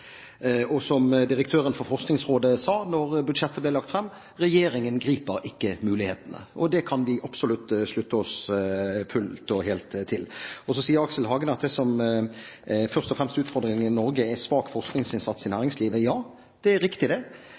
finansielt. Som direktøren for Forskningsrådet sa da budsjettet ble lagt frem: «Regjeringen griper ikke muligheten». Det kan vi absolutt slutte oss fullt og helt til. Så sier Aksel Hagen at det som først og fremst er utfordringen i Norge, er svak forskningsinnsats i næringslivet. Ja, det er riktig det.